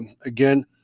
again